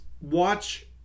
watch